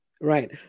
Right